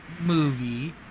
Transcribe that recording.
movie